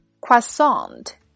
Croissant